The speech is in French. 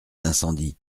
d’incendie